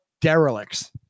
derelicts